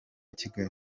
kigali